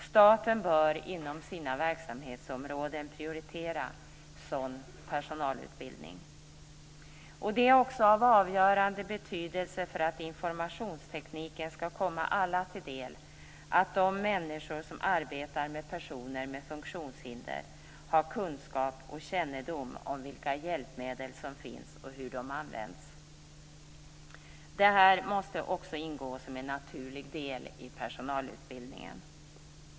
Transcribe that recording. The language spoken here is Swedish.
Staten bör inom sina verksamhetsområden prioritera sådan personalutbildning. Det är också av avgörande betydelse för att informationstekniken skall komma alla till del att de människor som arbetar med personer med funktionshinder har kunskap och kännedom om vilka hjälpmedel som finns och hur de används. Detta måste också ingå som en naturlig del i personalutbildningen.